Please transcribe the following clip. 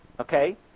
okay